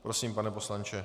Prosím, pane poslanče.